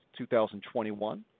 2021